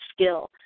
skill